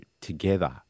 together